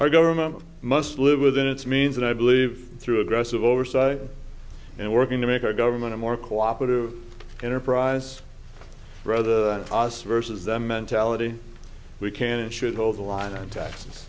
our government must live within its means and i believe through aggressive oversight and working to make our government a more cooperative enterprise rather than an os versus them mentality we can and should hold the line on taxes